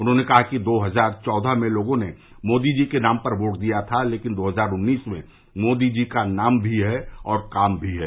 उन्होंने कहा कि दो हजार चौदह में लोगों ने मोदी जी के नाम पर वोट दिया था लेकिन दो हजार उन्नीस में मोदी जी का नाम भी है और काम भी है